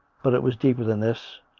but it was deeper than this.